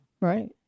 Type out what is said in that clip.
Right